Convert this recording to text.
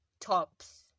tops